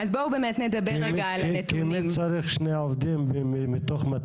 כי מי צריך שני עובדים מתוך 200?